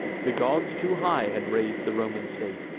the gods too high had rais'd the roman state,